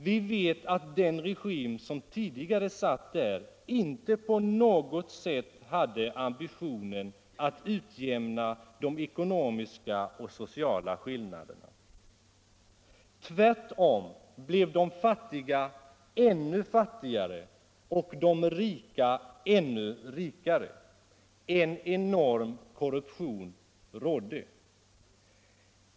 Vi vet att den regim som tidigare satt där inte på något sätt hade ambition att utjämna de ekonomiska och sociala skillnaderna. Tvärtom blev de fattiga ännu fattigare och de rika ännu rikare. En enorm korruption rådde.